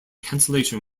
cancellation